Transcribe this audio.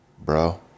Bro